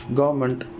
government